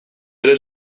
ere